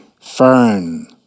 fern